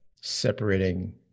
separating